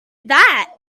that